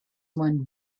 one